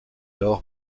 laure